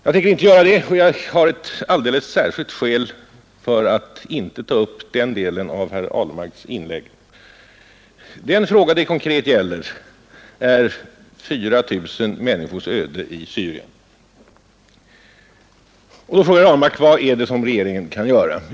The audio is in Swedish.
Jag tänker inte gå in på det spörsmålet, och jag har ett alldeles särskilt skäl för att inte ta upp denna del av herr Ahlmarks inlägg. Den fråga som det konkret gäller är 4 000 människors öde i Syrien, och herr Ahlmark frågar vad regeringen kan göra för dessa.